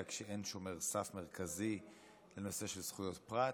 כשאין שומר סף מרכזי בנושא של זכויות פרט.